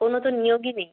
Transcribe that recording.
কোনো তো নিয়োগই নেই